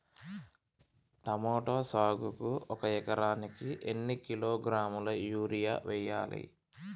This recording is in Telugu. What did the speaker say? టమోటా సాగుకు ఒక ఎకరానికి ఎన్ని కిలోగ్రాముల యూరియా వెయ్యాలి?